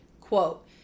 quote